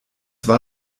war